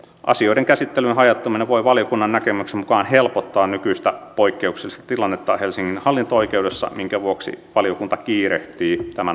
asioiden käsittelyn hajauttaminen voi valiokunnan näkemyksen mukaan helpottaa nykyistä poikkeuksellista tilannetta helsingin hallinto oikeudessa minkä vuoksi valiokunta kiirehtii tämän asian jatkovalmistelua